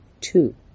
two